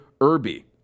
Irby